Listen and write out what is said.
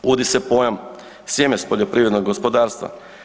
Uvodi se pojam „sjeme s poljoprivrednog gospodarstva“